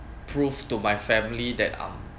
prove to my family that I'm